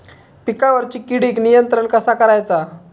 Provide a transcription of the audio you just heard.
पिकावरची किडीक नियंत्रण कसा करायचा?